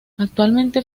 actualmente